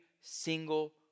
single